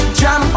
jam